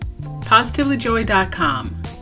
PositivelyJoy.com